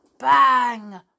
Bang